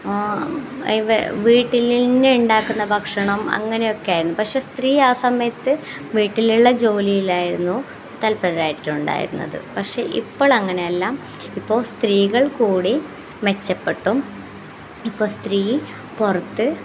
വീട്ടിലിൽ നിന്ന് ഉണ്ടാക്കുന്ന ഭക്ഷണം അങ്ങനെയൊക്കെ ആയിരുന്നു പക്ഷേ സ്ത്രീ ആ സമയത്ത് വീട്ടിലുള്ള ജോലിയിലായിരുന്നു തൽപ്പര്യമായിട്ടുണ്ടായിരുന്നത് പക്ഷേ ഇപ്പോഴങ്ങനെ അല്ല ഇപ്പോൾ സ്ത്രീകൾ കൂടി മെച്ചപ്പെട്ടു ഇപ്പം സ്ത്രീ പുറത്ത്